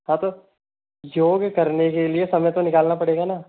हाँ तो योग करने के लिए समय तो निकालना पड़ेगा ना